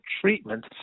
treatment